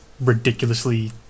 ridiculously